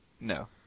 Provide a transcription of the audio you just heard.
No